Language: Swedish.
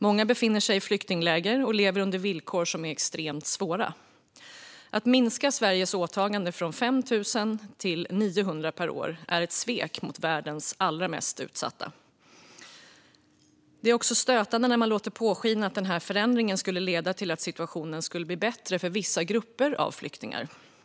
Många befinner sig i flyktingläger och lever under extremt svåra villkor. Att minska Sveriges åtagande från 5 000 till 900 per år är ett svek mot världens allra mest utsatta. Det är också stötande att man låter påskina att förändringen skulle leda till att situationen blev bättre för vissa grupper av flyktingar.